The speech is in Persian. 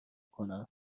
کنم